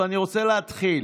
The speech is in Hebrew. אני רוצה להתחיל.